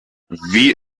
wie